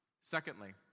Secondly